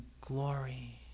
glory